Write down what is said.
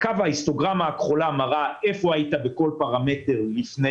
ההיסטוגרמה הכחולה מראה איפה היינו בכל פרמטר לפני